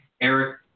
Eric